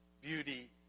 beauty